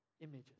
images